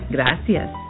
Gracias